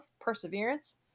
perseverance